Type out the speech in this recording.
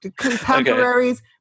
Contemporaries